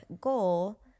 goal